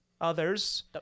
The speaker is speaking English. others